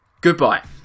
goodbye